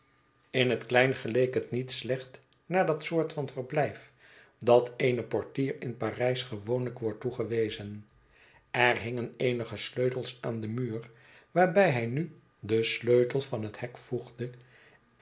in het klein geleek het niet slecht naar dat soort van verblijf dat een portier in parijs gewoonlijk wordt toegewezen er hingen eenige sleutels aan den muur waarbij hij nu den sleutel van het hek voegde